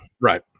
right